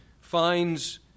finds